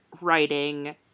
writing